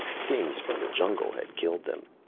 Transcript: things from the jungle had killed them!